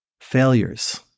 failures